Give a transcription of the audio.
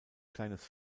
kleines